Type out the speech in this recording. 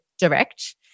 Direct